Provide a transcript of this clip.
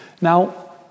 Now